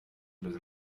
los